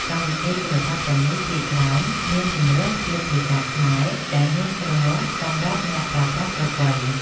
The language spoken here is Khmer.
កម្មវិធីទូរសព្ទទាំងនេះភាគច្រើនមានជម្រើសជាភាសាខ្មែរ ដែលងាយស្រួលសម្រាប់អ្នកប្រើប្រាស់គ្រប់វ័យ។